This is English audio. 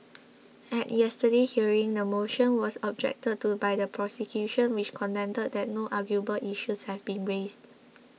at yesterday's hearing the motion was objected to by the prosecution which contended that no arguable issues have been raised